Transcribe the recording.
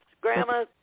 grandma